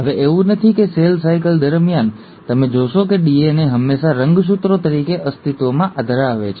હવે એવું નથી કે સેલ સાયકલ દરમિયાન તમે જોશો કે ડીએનએ હંમેશાં રંગસૂત્રો તરીકે અસ્તિત્વ ધરાવે છે